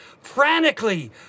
frantically